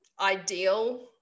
ideal